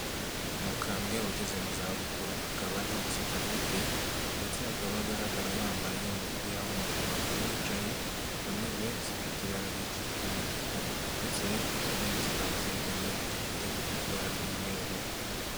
Umukambwe ugeze mu zabukuru akaba ntamusatsi afite ndetse akaba agaragara yambaye umupira w'umutuku, akaba yicaye ku ntebe zifite ibara ry'umutuku ndetse izo ntebe zikaba zegamye ku gikuta gifite ibara ry'umweru.